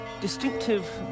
distinctive